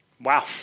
Wow